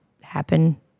happen